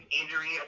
injury